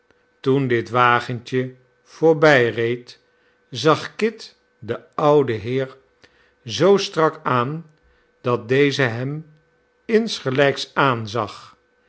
toen dit wagentje voorbijreed zag kit den ouden heer zoo strak aan dat deze hem insgelijks aanzag